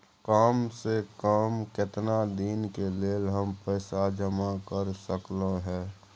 काम से कम केतना दिन के लेल हम पैसा जमा कर सकलौं हैं?